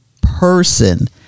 person